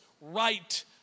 right